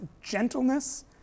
gentleness